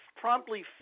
promptly